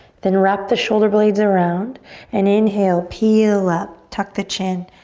then wrap the shoulder blades around and inhale, peel up, tuck the chin.